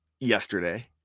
Yesterday